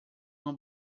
uma